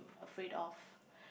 afraid of